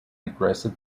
aggressive